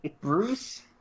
Bruce